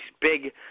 big